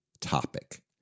Topic